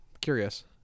Curious